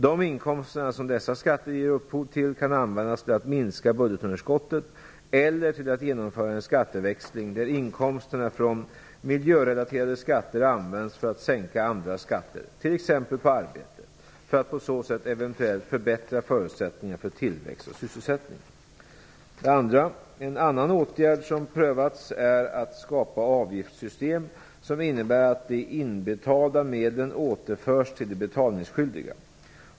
De inkomster som dessa skatter ger upphov till kan användas till att minska budgetunderskottet eller till att genomföra en skatteväxling, där inkomsterna från miljörelaterade skatter används för att sänka andra skatter, t.ex. på arbete, för att på så sätt eventuellt förbättra förutsättningarna för tillväxt och sysselsättning. En annan åtgärd som prövats är att skapa avgiftssystem som innebär att de inbetalda medlen återförs till de betalningsskyldiga.